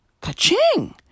Ka-ching